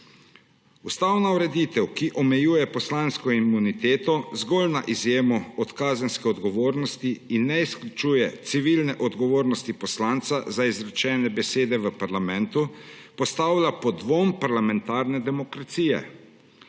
Ustavna ureditev, ki omejuje poslansko imuniteto zgolj na izjemo od kazenske odgovornosti in ne izključuje civilne odgovornosti poslanca za izrečene besede v parlamentu, postavlja pod dvom parlamentarne demokracije.